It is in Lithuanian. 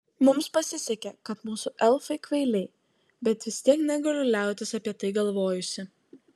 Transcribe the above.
mums pasisekė kad mūsų elfai kvailiai bet vis tiek negaliu liautis apie tai galvojusi